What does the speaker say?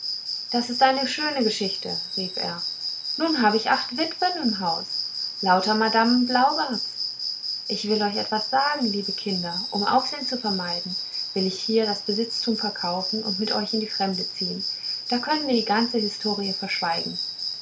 das ist eine schöne geschichte rief er nun hab ich acht witwen im hause lauter madamen blaubarts ich will euch etwas sagen liebe kinder um aufsehen zu vermeiden will ich hier das besitztum verkaufen und mit euch in die fremde ziehen da können wir die ganze historie verschweigen